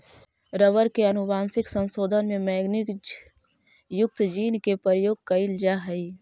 rubber के आनुवंशिक संशोधन में मैगनीज युक्त जीन के प्रयोग कैइल जा हई